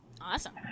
Awesome